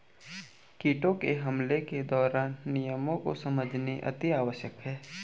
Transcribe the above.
कीटों के हमलों के दौरान नियमों को समझना अति आवश्यक होता है